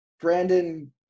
Brandon